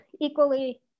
equally